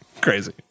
crazy